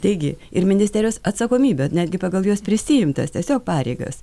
taigi ir ministerijos atsakomybė netgi pagal jos prisiimtas tiesiog pareigas